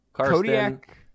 kodiak